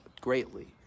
greatly